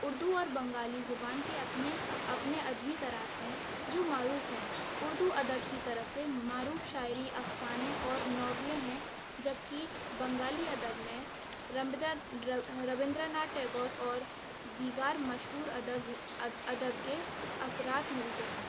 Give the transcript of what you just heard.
اردو اور بنگالی زبان کے اپنے اپنے ادبی طراز ہیں جو معروف ہیں اردو ادب کی طرف سے معروف شاعری افسانے اور ناولیں ہیں جب کہ بنگالی ادب میں ربندرا ناتھ ٹیگور اور دیگر مشہور ادبھ ادب کے اثرات ملتے ہیں